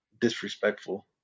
disrespectful